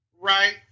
Right